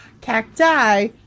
Cacti